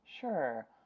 Sure